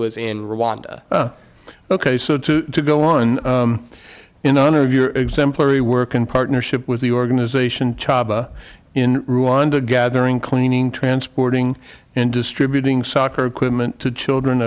was in rwanda ok so to to go on in honor of your exemplary work in partnership with the organization chapa in rwanda gathering cleaning transporting and distributing soccer equipment to children